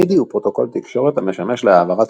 מידי הוא פרוטוקול תקשורת המשמש להעברת